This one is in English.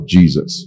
Jesus